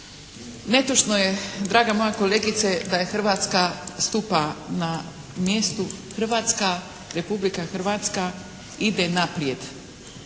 Netočno je draga moja kolegice da je Hrvatska stupa na mjestu. Hrvatska, Republika Hrvatska ide naprijed.